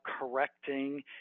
correcting